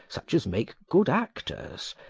such as make good actors,